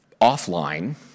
Offline